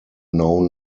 known